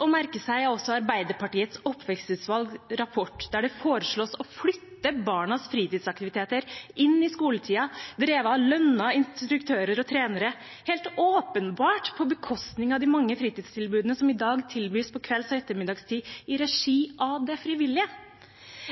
å merke seg er også rapporten fra Arbeiderpartiets oppvekstutvalg, der det foreslås å flytte barnas fritidsaktiviteter inn i skoletiden, drevet av lønnede instruktører og trenere – helt åpenbart på bekostning av de mange fritidstilbudene som i dag tilbys på kvelds- og ettermiddagstid i regi av det frivillige.